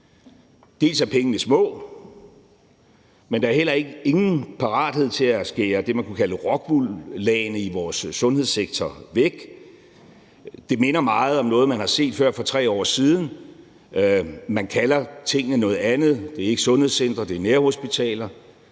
Dels er pengene små, dels er der ingen parathed til at skære det, man kunne kalde for rockwoollagene i vores sundhedssektor, væk. Det minder meget om noget, man har set før for 3 år siden. Man kalder tingene for noget andet: Det er ikke sundhedscentre, det er nærhospitaler;